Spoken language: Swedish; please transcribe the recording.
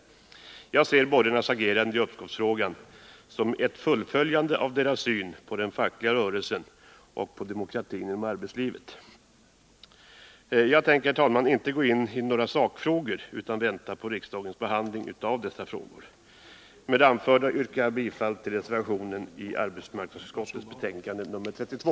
Jag ser borgarnas agerande i uppskovsfrågan som en bekräftelse på deras syn på den fackliga rörelsen och på demokratin inom arbetslivet. Herr talman! Jag tänker inte gå in på några sakfrågor, utan avvaktar riksdagens behandling av dessa. Med det anförda yrkar jag bifall till reservationen i arbetsmarknadsutskottets betänkande nr 32.